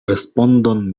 respondon